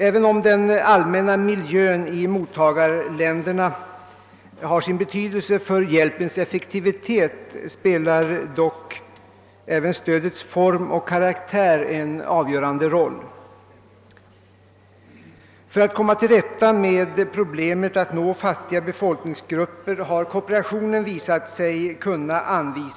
Även om den allmänna miljön i mottagarländerna har sin betydelse för hjälpens effektivitet, spelar även stödets form och karaktär en avgörande roll. Kooperationen har kunnat anvisa framkomliga vägar till en lösning av problemet hur man skall nå fattiga folkgrupper.